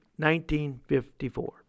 1954